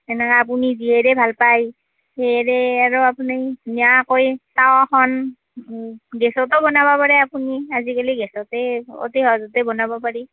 এনেকৈ আপুনি যিহেৰে ভাল পাই সিহেৰে আৰু আপুনি ধুনীয়াকৈ তাৱাখন গেছতো বনাব পাৰে আপুনি আজি কালি গেছতে অতি সহজতে বনাব পাৰি